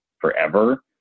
forever